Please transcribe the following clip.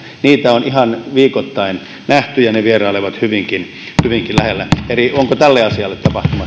niitä on ihan viikoittain nähty ja ne vierailevat hyvinkin hyvinkin lähellä eli onko tälle asialle